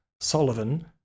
Sullivan